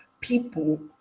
people